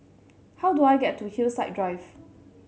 how do I get to Hillside Drive